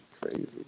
crazy